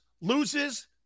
loses